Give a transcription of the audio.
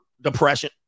depression